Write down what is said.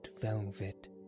velvet